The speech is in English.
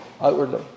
outwardly